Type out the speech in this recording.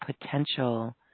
potential